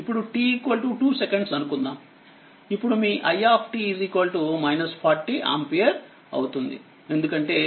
ఇప్పుడు t2 seconds అనుకుందాం